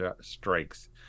strikes